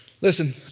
Listen